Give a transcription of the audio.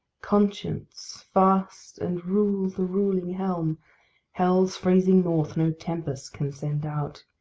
conscience, fast, and rule the ruling helm hell's freezing north no tempest can send out,